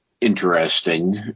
interesting